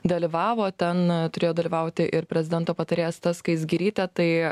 dalyvavo ten turėjo dalyvauti ir prezidento patarėja asta skaisgirytė tai